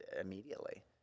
immediately